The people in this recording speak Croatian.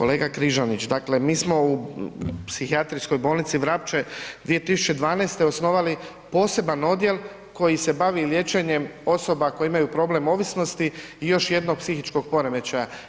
Kolega Križanić, dakle mi smo u Psihijatrijskoj bolnici Vrapče 2012. osnovali poseban odjel koji se bavi liječenjem osoba koje imaju problem ovisnosti i još jednog psihičkog poremećaja.